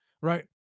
right